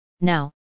now